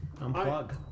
unplug